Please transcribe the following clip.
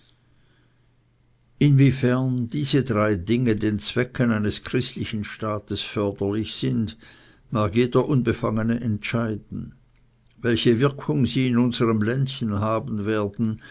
inwiefern diese drei dinge den zwecken eines christlichen staates förderlich sind mag jeder unbefangene entscheiden welche wirkung sie in unserm ländchen haben werden